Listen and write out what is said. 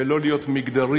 ולא להיות מגדרי,